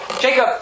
Jacob